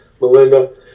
Melinda